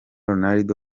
ronaldo